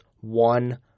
one